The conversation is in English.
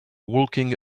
walking